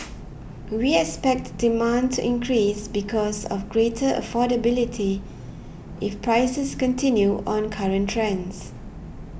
we expect demand to increase because of greater affordability if prices continue on current trends